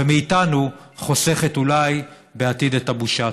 ומאיתנו חוסכת אולי בעתיד את הבושה.